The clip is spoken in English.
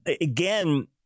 Again